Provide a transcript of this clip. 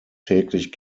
täglich